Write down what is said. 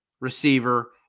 receiver